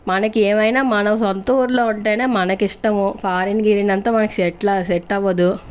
మనకి ఏమైనా మన సొంతూరులో ఉంటేనే మనకిష్టము ఫారెన్ గిరన్ అంతా మనకి సెట్ల్ సెట్ అవదు